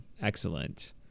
excellent